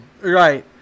Right